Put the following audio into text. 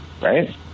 right